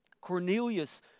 Cornelius